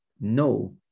no